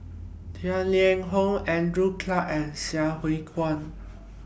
Tang Liang Hong Andrew Clarke and Sai Hua Kuan